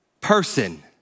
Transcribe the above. person